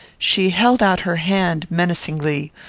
she held out her hand, menacingly.